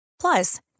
Plus